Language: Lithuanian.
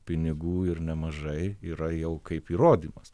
pinigų ir nemažai yra jau kaip įrodymas